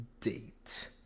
date